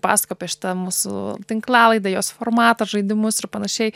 pasakojau apie šitą mūsų tinklalaidę jos formatą žaidimus ir panašiai